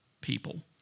people